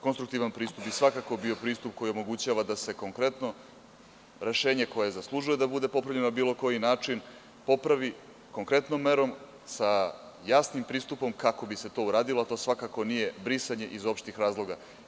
Konstruktivan pristup bi svakako bio pristup koji omogućava da se konkretno rešenje, koje zaslužuje da bude popravljeno na bilo koji način, popravi konkretnom merom i sa jasnim pristupom kako bi se to uradilo, a to svakako nije brisanje iz opštih razloga.